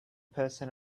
person